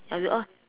ya we all